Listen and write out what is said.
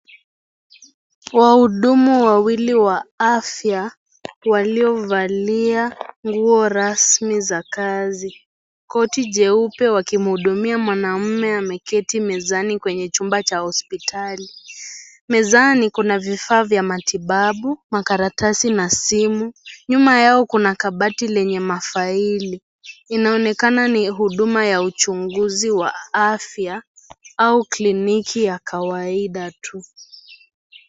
Waudumu wawili wa afya waliovalia nguo rasmi za kazi koti jeupe waki muhudumia mwanaume ameketi mezani kwenye chumba cha hospitali mezani kuna vifaa vya matibabu makaratasi na simu nyuma yao kuna kabati lenye mafaili inaonekana ni huduma ya uchunguzi wa afya au kliniki ya kawaida tu.